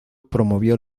promovió